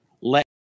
Let